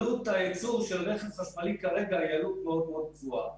עלות הייצור של רכב חשמלי כרגע היא עלות מאוד גבוהה.